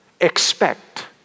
Expect